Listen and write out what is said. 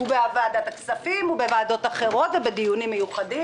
ובוועדת הכספים ובוועדות אחרות ובדיונים מיוחדים.